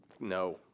no